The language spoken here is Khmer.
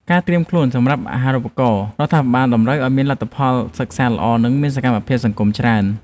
ការត្រៀមខ្លួនសម្រាប់អាហារូបករណ៍រដ្ឋាភិបាលតម្រូវឱ្យមានលទ្ធផលសិក្សាល្អនិងមានសកម្មភាពសង្គមច្រើន។